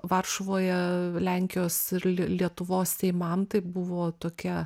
varšuvoje lenkijos ir lietuvos seimam tai buvo tokia